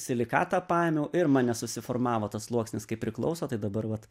silikatą paėmiau ir man nesusiformavo tas sluoksnis kaip priklauso tai dabar vat